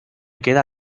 queda